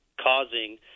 causing